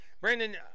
Brandon